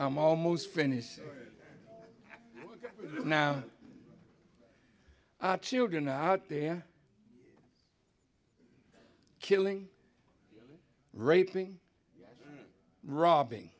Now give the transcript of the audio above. i'm almost finished now children out there killing raping robbing